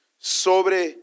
sobre